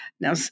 Now